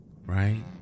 right